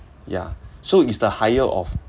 ya so is the higher of